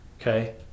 okay